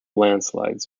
landslides